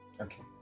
Okay